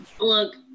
Look